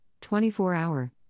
24-hour